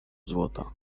złota